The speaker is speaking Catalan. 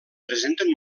presenten